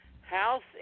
House